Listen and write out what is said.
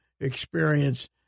experience